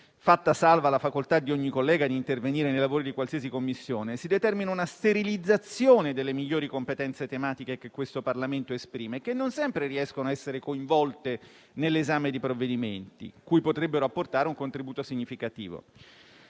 fatta salva la facoltà di ogni collega di intervenire nei lavori di qualsiasi Commissione, si determina una sterilizzazione delle migliori competenze tematiche che questo Parlamento esprime, che non sempre riescono a essere coinvolte nell'esame di provvedimenti, cui potrebbero apportare un contributo significativo.